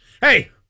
Hey